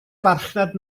farchnad